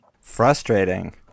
Frustrating